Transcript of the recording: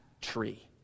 tree